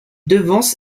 devance